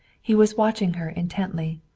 he was watching her intently,